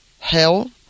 hell